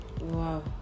Wow